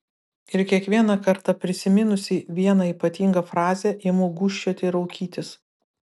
ir kiekvieną kartą prisiminusi vieną ypatingą frazę imu gūžčioti ir raukytis